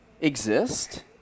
exist